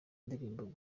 indirimbo